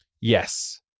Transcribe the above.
Yes